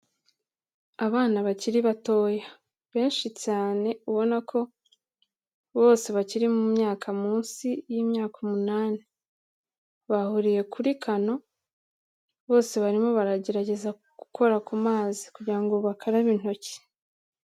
Abana bakiri batoya benshi cyane ubona ko bose bakiri mu myaka munsi y'imyaka umunani, bahuriye kuri kano bose barimo baragerageza gukora ku mazi kugira ngo bakarabe intoki.